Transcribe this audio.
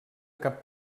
cap